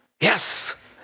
Yes